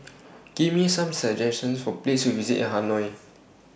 Give Me Some suggestions For Places to visit in Hanoi